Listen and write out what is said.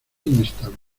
inestable